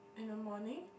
in the morning